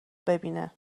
ببینه